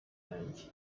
yanjye